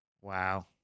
Wow